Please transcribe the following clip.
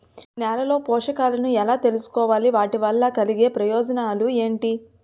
నేలలో పోషకాలను ఎలా తెలుసుకోవాలి? వాటి వల్ల కలిగే ప్రయోజనాలు ఏంటి?